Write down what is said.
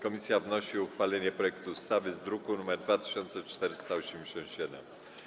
Komisja wnosi o uchwalenie projektu ustawy z druku nr 2487.